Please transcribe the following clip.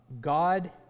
God